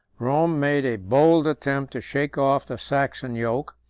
rome made a bold attempt to shake off the saxon yoke,